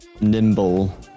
Nimble